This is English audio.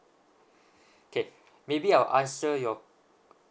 okay maybe I'll answer your